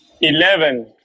Eleven